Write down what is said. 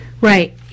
right